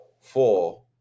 four